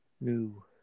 New